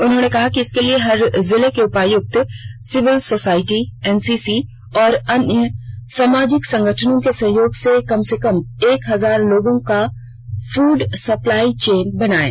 उन्होंने कहा कि इसके लिए हर जिले के उपायक्त सिविल सोसाइटी एनसीसी और अन्य सामाजिक संगठनों के सहयोग से कम से कम एक हजार लोगों का फूड सप्लाई चेन बनाएं